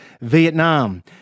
Vietnam